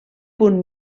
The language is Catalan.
punt